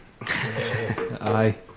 Aye